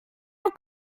our